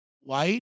White